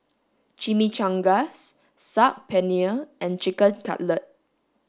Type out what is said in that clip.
Chimichangas Saag Paneer and chicken cutlet